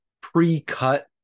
pre-cut